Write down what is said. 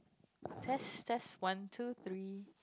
test test one two three